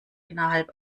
innerhalb